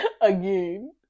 Again